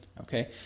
okay